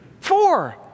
four